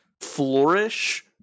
flourish